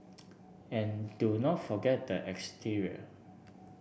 and do not forget the exterior